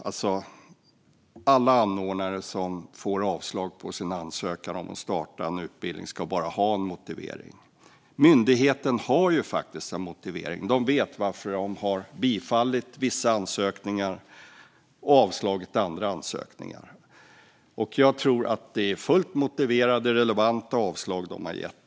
Alla anordnare som får avslag på sin ansökan om att starta en utbildning ska ha en motivering. Myndigheten har ju faktiskt en motivering - man vet varför man har bifallit vissa ansökningar och avslagit andra. Jag tror att det är fullt motiverade och relevanta avslag man har gett.